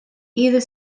either